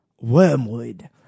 wormwood